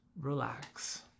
Relax